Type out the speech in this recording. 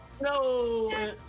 No